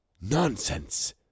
Nonsense